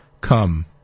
come